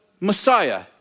Messiah